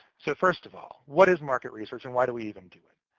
so first of all, what is market research and why do we even do it?